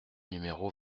numéro